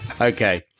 Okay